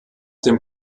dem